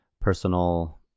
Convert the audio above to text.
personal